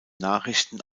nachrichten